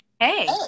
Hey